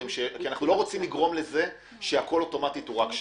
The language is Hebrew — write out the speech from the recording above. אנחנו לא רוצים לגרום לזה שהכול אוטומטית הוא רק שנה.